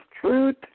truth